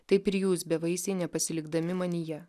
taip ir jūs bevaisiai nepasilikdami manyje